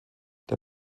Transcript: der